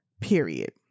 Period